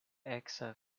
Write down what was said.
eksa